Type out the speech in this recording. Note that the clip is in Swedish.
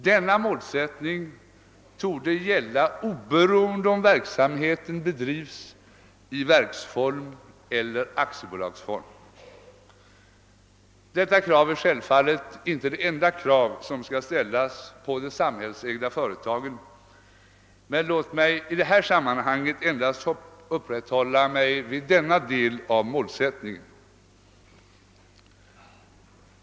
Denna målsättning torde gälla oberoende av om verksamheten bedrivs i verksform eller i aktiebolagsform. Detta krav är självfallet inte det enda som skall ställas på de samhällsägda företagen, men låt mig i detta sammanhang endast uppehålla mig vid denna del av målsättningen.